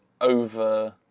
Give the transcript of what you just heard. over